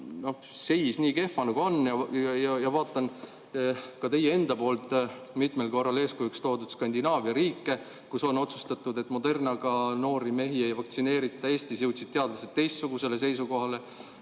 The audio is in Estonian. seis nii kehva, nagu on, ja vaatan ka teie enda poolt mitmel korral eeskujuks toodud Skandinaavia riike. Seal on otsustatud, et Modernaga noori mehi ei vaktsineerita, Eestis jõudsid teadlased teistsugusele seisukohale.